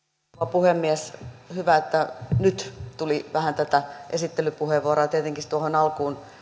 puhemies hyvä että nyt tuli vähän tätä esittelypuheenvuoroa tietenkin tuohon alkuun